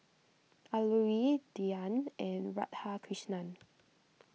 Alluri Dhyan and Radhakrishnan